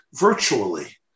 virtually